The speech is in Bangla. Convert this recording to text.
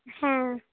হ্যাঁ